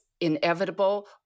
inevitable